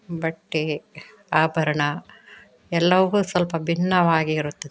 ಬಟ್ಟೆ ಆಭರಣ ಎಲ್ಲವೂ ಸ್ವಲ್ಪ ಭಿನ್ನವಾಗಿ ಇರುತ್ತದೆ